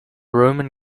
roman